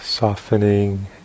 softening